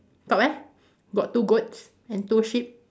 top eh got two goats and two sheep